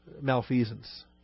malfeasance